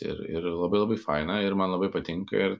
ir ir labai labai faina ir man labai patinka ir